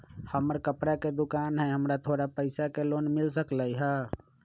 हमर कपड़ा के दुकान है हमरा थोड़ा पैसा के लोन मिल सकलई ह?